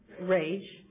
rage